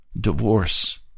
Divorce